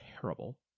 terrible